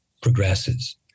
progresses